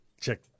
Check